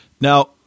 Now